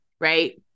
right